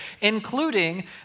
including